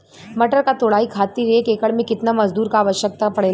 मटर क तोड़ाई खातीर एक एकड़ में कितना मजदूर क आवश्यकता पड़ेला?